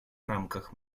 рамках